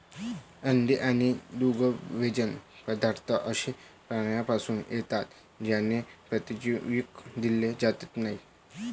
अंडी आणि दुग्धजन्य पदार्थ अशा प्राण्यांपासून येतात ज्यांना प्रतिजैविक दिले जात नाहीत